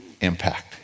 impact